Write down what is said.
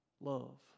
love